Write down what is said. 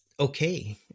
Okay